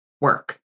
work